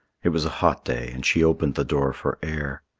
it was a hot day, and she opened the door for air.